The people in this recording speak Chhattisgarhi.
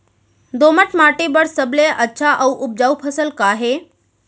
दोमट माटी बर सबले अच्छा अऊ उपजाऊ फसल का हे?